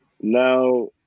Now